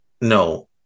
no